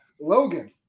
Logan